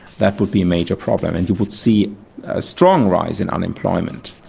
that would be a major problem and you would see a strong rise in unemployment.